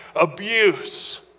abuse